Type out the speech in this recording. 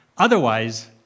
Otherwise